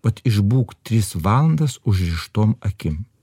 vat išbūk tris valandas užrištom akim